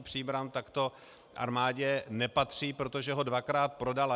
Příbram, tak to armádě nepatří, protože ho dvakrát prodala.